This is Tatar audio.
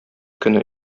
көне